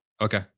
Okay